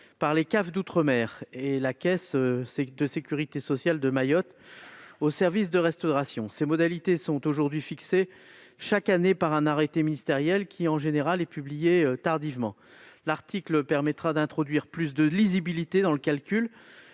par les CAF d'outre-mer et la caisse de sécurité sociale de Mayotte aux services de restauration. Ces modalités sont fixées chaque année par un arrêté interministériel, qui, en général, est publié tardivement. L'article permettra d'introduire plus de lisibilité dans le calcul